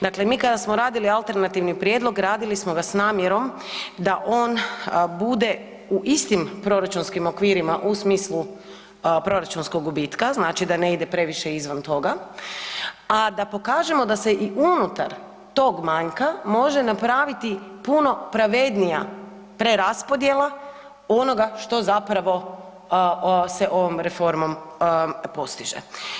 Dakle, mi kada smo radili alternativni prijedlog radili smo ga s namjerom da on bude u istim proračunskim okvirima u smislu proračunskog gubitka, znači da ne ide previše izvan toga, a da pokažemo da se i unutar tog manjka može napraviti puno pravednija preraspodjela onoga što zapravo se ovom reformom postiže.